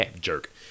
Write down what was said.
jerk